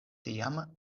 tiam